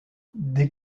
des